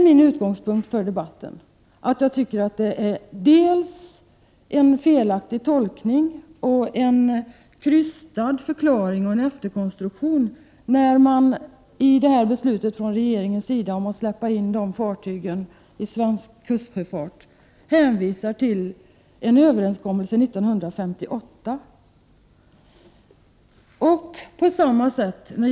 Min utgångspunkt i denna debatt är att jag tycker att regeringens beslut att släppa in dessa NIS och DIS-fartyg i svensk kustsjöfart innebär en felaktig tolkning, en krystad förklaring och en efterkonstruktion när regeringen hänvisar till en överenskommelse från 1958.